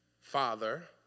Father